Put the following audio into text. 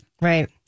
Right